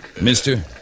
Mister